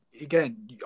again